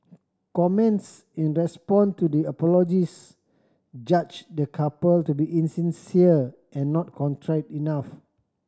comments in response to the apologies judged the couple to be insincere and not contrite enough